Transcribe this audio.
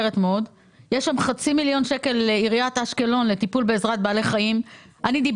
יש חצי מיליון שקל לעיריית אשקלון לטיפול בעזרת בעלי חיים שאחרי